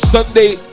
Sunday